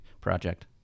project